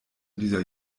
dieser